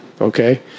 okay